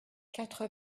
quatre